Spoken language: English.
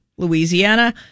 Louisiana